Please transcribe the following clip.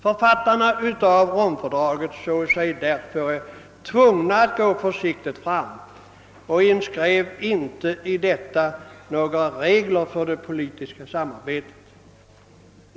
Författarna av Romfördraget såg sig därför tvungna att gå försiktigt fram och inskrev i detta inte några regler för det politiska samarbetet.